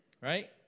right